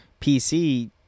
PC